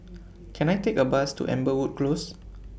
Can I Take A Bus to Amberwood Close